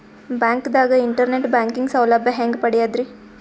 ಬ್ಯಾಂಕ್ದಾಗ internet banking ಸೌಲಭ್ಯ ಹೆಂಗ್ ಪಡಿಯದ್ರಿ?